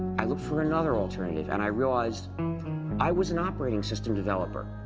i looked for another alternative and i realized i was an operating system developer.